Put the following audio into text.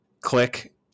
click